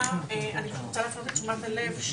אני רוצה להפנות את תשומת הלב,